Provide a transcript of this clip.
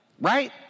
right